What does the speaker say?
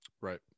Right